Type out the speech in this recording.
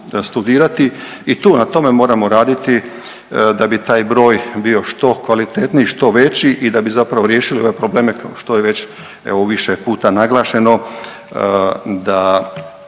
i tu, na tome moramo raditi da bi taj broj bio što kvalitetniji, što veći i da bi zapravo riješili ove probleme, kao što je već, evo više puta naglašeno,